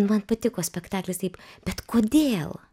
man patiko spektaklis taip bet kodėl